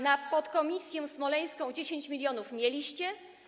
Na podkomisję smoleńską 10 mln mieliście?